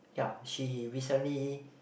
ya she recently